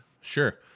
Sure